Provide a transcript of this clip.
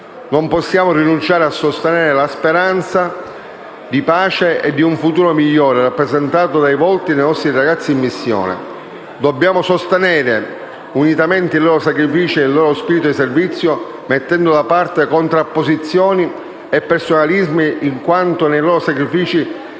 Non possiamo rinunciare a sostenere la speranza di pace e di un futuro migliore rappresentato dai volti dei nostri ragazzi in missione. Dobbiamo sostenere unitamente i loro sacrifici e il loro spirito di servizio, mettendo da parte contrapposizioni e personalismi, in quanto nei loro sacrifici